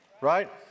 right